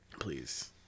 Please